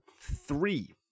three